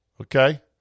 okay